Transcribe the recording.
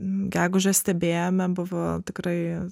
gegužę stebėjome buvo tikrai